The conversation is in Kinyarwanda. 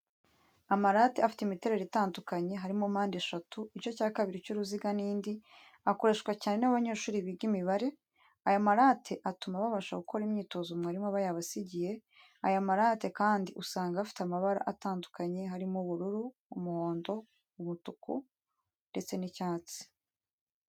Amarate afite imiterere itandukanye, harimo mpande eshatu, igice cya kabiri cy'uruziga n'indi, akoreshwa cyane n'abanyeshuri biga imibare, aya marate atuma babasha gukora imyitozo mwarimu aba yabasigiye, aya marate kandi usanga afite amabara atandukanye, harimo ubururu, umuhondo, ubururu, ndetse n'icyatsi.